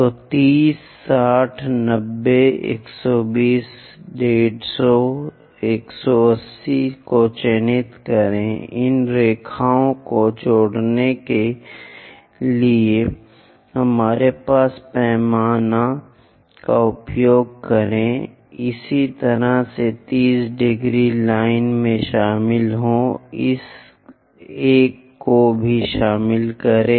तो 30 60 90 120 150 180 को चिह्नित करें इन रेखाओं को जोड़ने के लिए हमारे पैमाने का उपयोग करें इसी तरह इस 30 ° लाइन में शामिल हों इस एक को भी शामिल करें